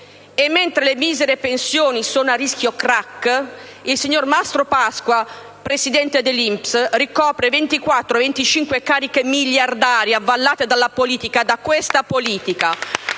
Mentre le misere pensioni sono a rischio *crack*, il signor Mastrapasqua, presidente dell'INPS, ricopre 24 o 25 cariche miliardarie avallate da questa politica.